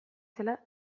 zela